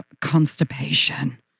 constipation